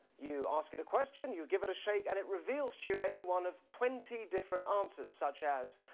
you ask it a question, you give it a shake and it reveals to you any one of twenty different answers, such as,